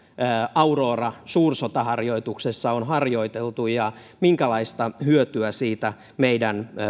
aurora suursotaharjoituksessa on harjoiteltu ja minkälaista hyötyä siitä meidän